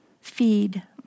feed